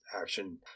action